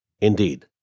Indeed